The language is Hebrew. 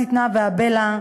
להפיץ את דברי השטנה והבלע,